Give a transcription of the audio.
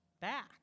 back